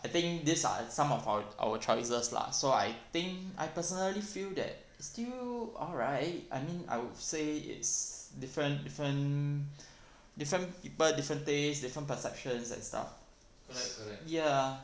I think these are some of our our choices lah so I think I personally feel that it's still alright I mean I would say it's different different different people different taste different perceptions and stuff like that ya